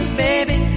baby